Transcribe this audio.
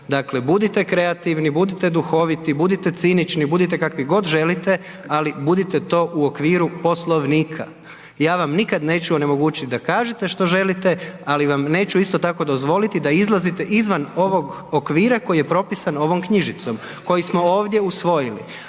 budite kreativni, budite duhoviti, budite cinični, budite kakvi god želite ali budite to u okviru Poslovnika. Ja vam nikad neću onemogućiti da kažete što želite ali vam neću isto tako dozvoliti da izlazite izvan ovog okvira koji je propisan ovom knjižicom koju smo ovdje usvojili.